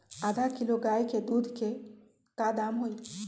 आधा किलो गाय के दूध के का दाम होई?